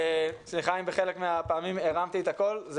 סליחה אם בחלק מהפעמים הרמתי את הקול אבל